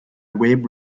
wave